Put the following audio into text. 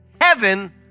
heaven